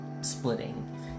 splitting